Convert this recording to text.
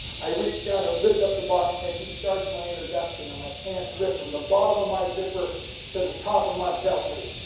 i reached down to lift up the box as he starts my introduction and my pants rip from the bottom of my zipper to the top of my belt loop.